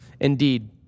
Indeed